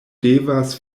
devas